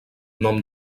nom